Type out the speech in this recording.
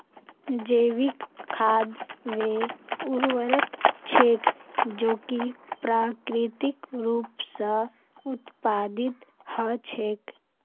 जैविक खाद वे उर्वरक छेक जो कि प्राकृतिक रूप स उत्पादित हछेक